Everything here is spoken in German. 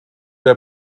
der